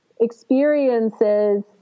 experiences